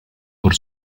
por